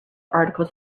articles